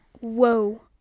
whoa